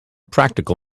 practical